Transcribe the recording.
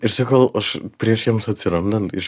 ir sakau aš prieš jiems atsirandant iš